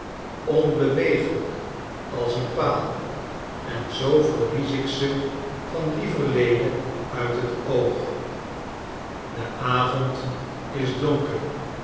onbeweeglyk als een paal en zoo verlies ik ze van lieverlede uit het oog de avond is donker